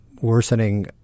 worsening